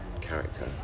character